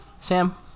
Sam